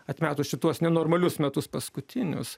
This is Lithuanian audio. atmetus čia tuos nenormalius metus paskutinius